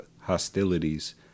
hostilities